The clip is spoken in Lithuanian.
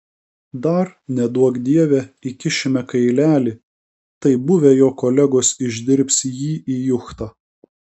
dar neduok dieve įkišime kailelį tai buvę jo kolegos išdirbs jį į juchtą